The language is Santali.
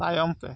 ᱛᱟᱭᱚᱢᱛᱮ